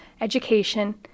education